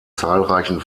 zahlreichen